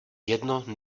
jedno